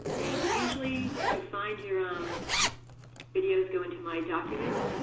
and usually, to find your um videos, go into my documents.